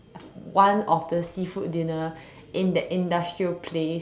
one of the seafood dinner in that industrial place